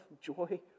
joy